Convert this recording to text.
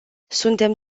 suntem